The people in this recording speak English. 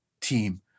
team